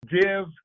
Give